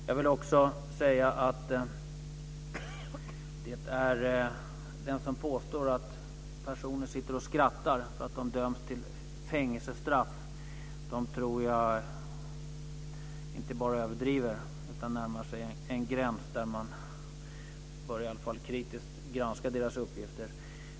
Jag vill också säga att de som påstår att personer sitter och skrattar för att de döms till fängelsestraff tror jag inte bara överdriver utan närmar sig en gräns där man i alla fall kritiskt bör granska deras uppgifter.